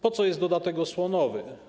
Po co jest dodatek osłonowy?